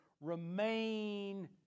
remain